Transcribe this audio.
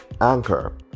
Anchor